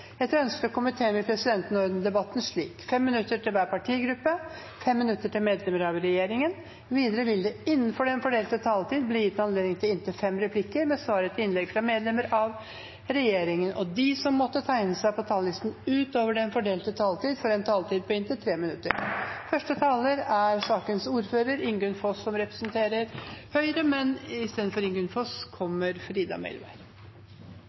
Etter ønske fra justiskomiteen vil presidenten ordne debatten slik: 5 minutter til hver partigruppe og 5 minutter til medlemmer av regjeringen. Videre vil det – innenfor den fordelte taletid – bli gitt anledning til inntil fem replikker med svar etter innlegg fra medlemmer av regjeringen, og de som måtte tegne seg på talerlisten utover den fordelte taletid, får også en taletid på inntil 3 minutter. Første taler er Frida Melvær, istedenfor Ingunn Foss, som